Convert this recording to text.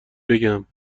بگم